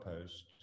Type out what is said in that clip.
post